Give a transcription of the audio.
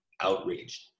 outraged